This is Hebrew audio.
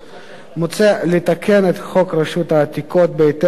מוצע לתקן את חוק רשות העתיקות בהתאם לחלוקת